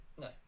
No